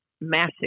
massive